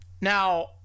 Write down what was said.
Now